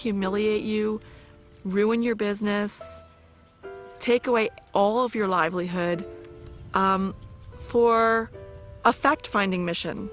humiliate you ruin your business take away all of your livelihood for a fact finding mission